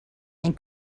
and